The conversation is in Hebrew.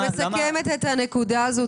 אני מסכמת את הנקודה הזאת.